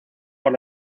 por